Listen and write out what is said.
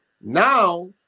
Now